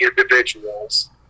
individuals